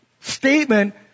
statement